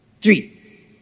three